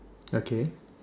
okay